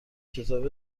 کتاب